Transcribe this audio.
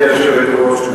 גברתי היושבת-ראש,